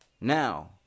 Now